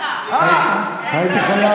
הייתי חייב